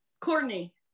Courtney